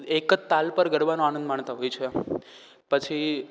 એક જ તાલ પર ગરબાનો આનંદ માણતા હોય છે પછી